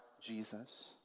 Jesus